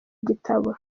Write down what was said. gitabo